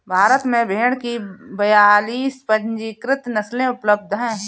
भारत में भेड़ की बयालीस पंजीकृत नस्लें उपलब्ध हैं